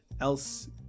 else